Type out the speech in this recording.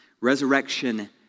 resurrection